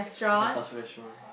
it's a fast food restaurant